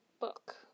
book